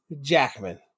Jackman